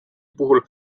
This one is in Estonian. puhul